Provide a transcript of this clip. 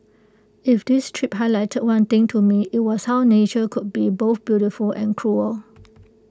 if this trip highlighted one thing to me IT was how nature could be both beautiful and cruel